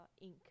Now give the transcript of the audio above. ink